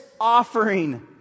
offering